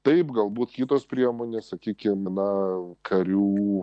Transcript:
taip galbūt kitos priemonės sakykim na karių